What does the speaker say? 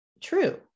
true